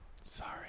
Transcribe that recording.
Sorry